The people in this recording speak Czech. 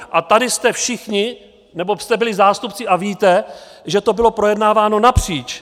A tady jsme všichni, nebo jste byli, zástupci a víte, že to bylo projednáváno napříč.